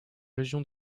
région